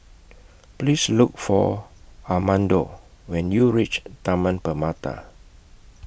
Please Look For Armando when YOU REACH Taman Permata